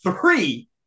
three